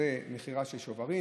זו המכירה של שוברים,